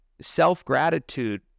self-gratitude